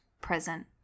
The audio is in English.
present